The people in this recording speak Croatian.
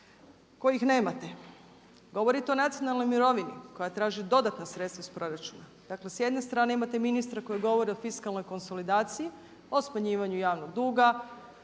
kojih nemate. Govorite o nacionalnoj mirovini koja traži dodatna sredstva iz proračuna. Dakle s jedne strane imate ministra koji govori o fiskalnoj konsolidaciji, o smanjivanju javnog duga,